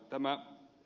tämä ed